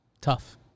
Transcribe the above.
Tough